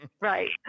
Right